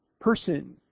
person